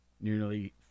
Nearly